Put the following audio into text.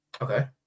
Okay